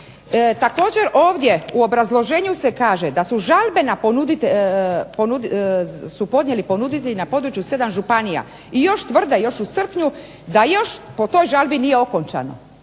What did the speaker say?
Također ovdje u obrazloženju se kaže da su žalbe su podnijeli ponuditelji na području 7 županija. I još u srpnju tvrde da još po toj žalbi nije okončan